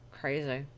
crazy